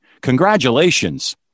Congratulations